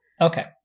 Okay